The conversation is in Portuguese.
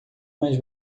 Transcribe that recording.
mais